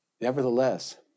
Nevertheless